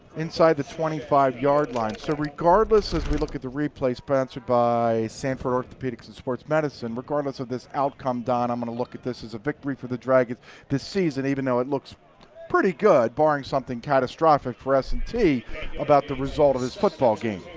inside the twenty five yard line. so regardless as we look at the replay, sponsored by sanford orthopedics and sports medicine, regardless of this outcome, donn, i'm gonna look at this as a victory for the dragons this season. even though it looks pretty good baring something catastrophic for s and t about the result of this football game.